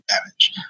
damage